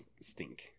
stink